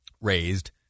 raised